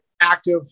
active